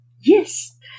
Yes